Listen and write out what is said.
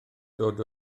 dod